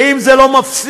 ואם זה לא מספיק,